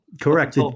Correct